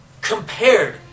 compared